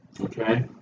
Okay